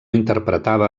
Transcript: interpretava